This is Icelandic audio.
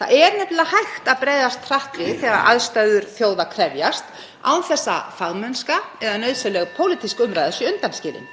Það er nefnilega hægt að bregðast hratt við þegar aðstæður þjóða krefjast án þess að fagmennska eða nauðsynleg pólitísk umræða sé undanskilin.